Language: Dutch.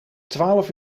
twaalf